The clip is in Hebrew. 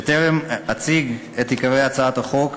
בטרם אציג את עיקרי הצעת החוק,